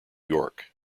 york